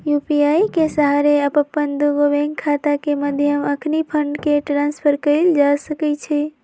UPI के सहारे अप्पन दुगो बैंक खता के मध्य अखनी फंड के ट्रांसफर कएल जा सकैछइ